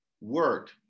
Work